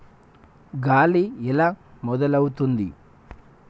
గాలి ఎలా మొదలవుతుంది?